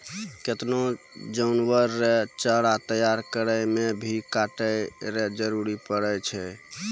केतना जानवर रो चारा तैयार करै मे भी काटै रो जरुरी पड़ै छै